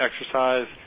exercise